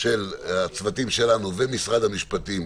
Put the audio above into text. של הצוותים שלנו ומשרד המשפטים,